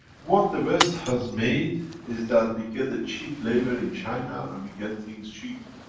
what the west has made is that we get a cheap labor in china and we get things cheap.